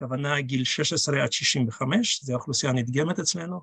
‫כוונה גיל 16 עד 65, ‫זו האוכלוסייה הנדגמת אצלנו.